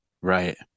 right